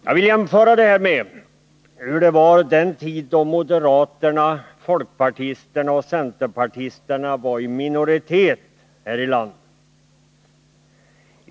Jag vill jämföra det här med hur det var den tid då moderaterna, folkpartisterna och centerpartisterna var i minoritet här i landet.